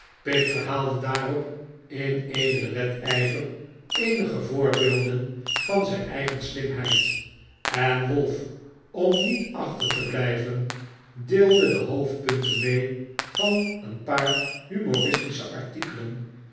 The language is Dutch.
pip verhaalde daarop in edelen wedijver eenige voorbeelden van zijn eigen slimheid en wolf om niet achter te blijven deelde de hoofdpunten mee van een paar humoristische artikelen